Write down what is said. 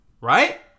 right